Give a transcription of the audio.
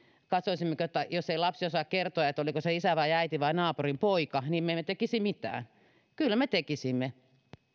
katsoisimmeko että jos lapsi ei osaa kertoa oliko se isä vai äiti vai naapurin poika niin me emme tekisi mitään kyllä me tekisimme